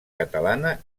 catalana